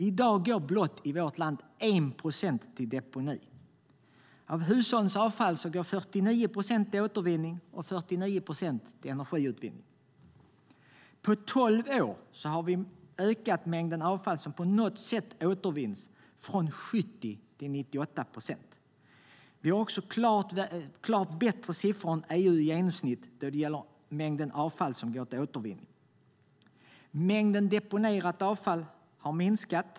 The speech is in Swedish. I vårt land går i dag blott 1 procent till deponi. Av hushållens avfall går 49 procent till återvinning och 49 procent till energiutvinning. På tolv år har vi ökat mängden avfall som på något sätt återvinns från 70 procent till 98 procent. Vi har också klart bättre siffror än EU-genomsnittet då det gäller mängden avfall som går till återvinning. Mängden deponerat avfall har minskat.